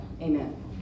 Amen